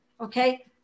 Okay